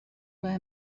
راه